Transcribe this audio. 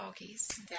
doggies